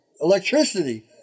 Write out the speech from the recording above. electricity